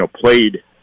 played